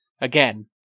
again